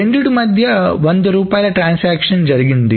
రెండింటి మధ్య 100 రూపాయలు ట్రాన్సాక్షన్ జరిగింది